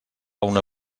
una